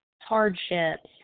hardships